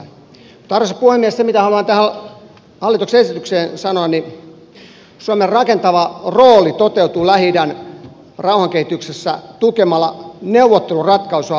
mutta arvoisa puhemies se mitä haluan tähän hallituksen esitykseen sanoa on että suomen rakentava rooli toteutuu lähi idän rauhankehityksessä tukemalla neuvotteluratkaisua osapuolten välillä